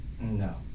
No